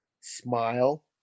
Smile